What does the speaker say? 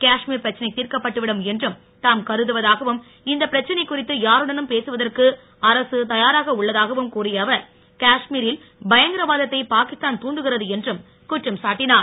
காஷ்மீர் பிரச்னை திர்க்கப்பட்டுவிடும் என்று தாம் கருதவதாகவும் இந்த பிரச்னை குறித்து யாருடனும் பேசுவதற்கு அரசு தயாராக உள்ளதாகவும் கூறிய அவர் காஷ்மீரில் பயங்கரவாதத்தை பாகிஸ்தான் தூண்டுகிறது என்று குற்றம் சாட்டினார்